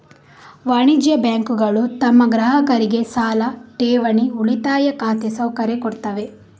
ವಾಣಿಜ್ಯ ಬ್ಯಾಂಕುಗಳು ತಮ್ಮ ಗ್ರಾಹಕರಿಗೆ ಸಾಲ, ಠೇವಣಿ, ಉಳಿತಾಯ ಖಾತೆ ಸೌಕರ್ಯ ಕೊಡ್ತವೆ